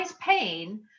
pain